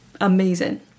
amazing